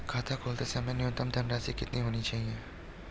खाता खोलते समय न्यूनतम धनराशि कितनी होनी चाहिए?